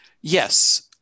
yes